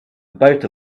about